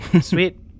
Sweet